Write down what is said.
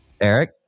Eric